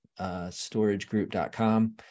storagegroup.com